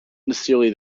necessarily